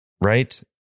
right